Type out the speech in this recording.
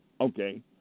okay